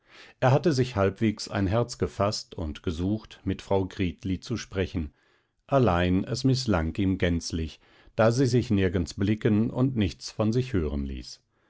er hatte sich halbwegs ein herz gefaßt und gesucht mit frau gritli zu sprechen allein es mißlang ihm gänzlich da sie sich nirgends blicken und nichts von sich hören ließ